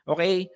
Okay